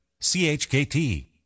CHKT